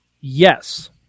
Yes